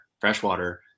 freshwater